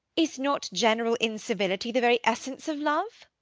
is not general incivility the very essence of love?